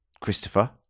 Christopher